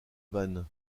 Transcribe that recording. vannes